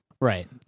Right